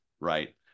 right